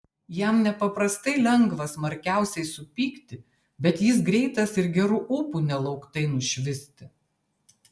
jam nepaprastai lengva smarkiausiai supykti bet jis greitas ir geru ūpu nelauktai nušvisti